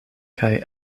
kaj